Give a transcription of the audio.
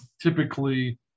typically